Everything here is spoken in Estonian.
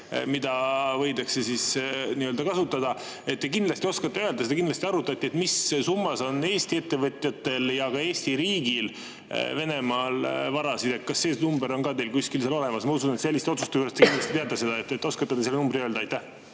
mida võidakse kasutada. Te kindlasti oskate öelda – seda kindlasti arutati –, mis summas on Eesti ettevõtjatel ja ka Eesti riigil Venemaal varasid. Kas see number on teil kuskil olemas? Ma usun, et selliste otsuste tegemisel te kindlasti teate seda. Oskate te selle numbri öelda? Aitäh,